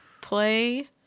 Play